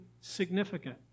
significant